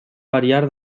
variar